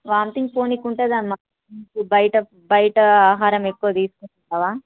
vomitings పోవడానికి ఉంటుందమ్మ బయట బయట ఆహారం ఎక్కువ తీసుకుంటున్నావా